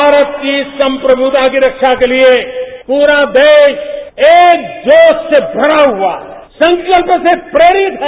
भारत की संप्रश्नता की रक्षा के लिए पूरा देश एक जोश से भरा हुआ संकल्प से प्रेरित है